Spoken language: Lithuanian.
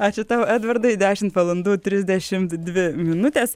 ačiū tau edvardai dešimt valandų trisdešim dvi minutės